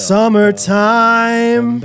Summertime